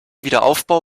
wiederaufbau